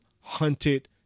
hunted